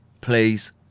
Please